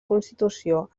constitució